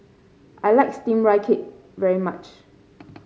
I like steamed Rice Cake very much